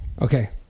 Okay